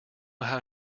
how